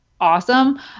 awesome